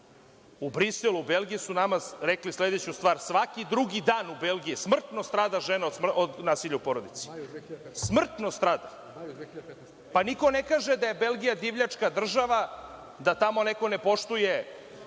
u Briselu, u Belgiji su nama rekli sledeću stvar – svaki drugi dan u Belgiji smrtno strada žena od nasilja u porodici, smrtno strada. Pa, niko ne kaže da je Belgija divljačka država, da tamo neko ne poštuje